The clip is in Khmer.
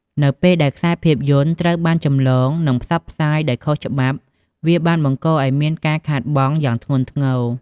នៅពេលដែលខ្សែភាពយន្តត្រូវបានចម្លង និងផ្សព្វផ្សាយដោយខុសច្បាប់ វាបានបង្កឱ្យមានការខាតបង់យ៉ាងធ្ងន់ធ្ងរ។